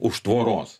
už tvoros